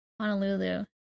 Honolulu